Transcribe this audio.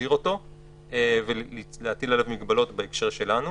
להסדיר ולהטיל עליו מגבלות בהקשר שלנו.